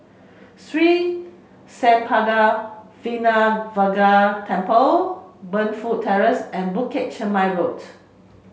Sri Senpaga Vinayagar Temple Burnfoot Terrace and Bukit Chermin Road